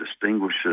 distinguishes